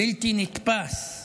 בלתי נתפס.